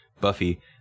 Buffy